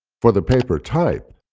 for the paper type,